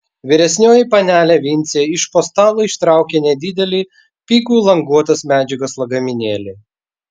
vyresnioji panelė vincė iš po stalo ištraukė nedidelį pigų languotos medžiagos lagaminėlį